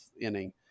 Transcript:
inning